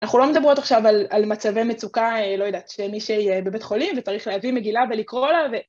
אנחנו לא מדברות עכשיו על מצבי מצוקה, לא יודעת, שמישהי בבית חולים וצריך להביא מגילה ולקרוא לה ו...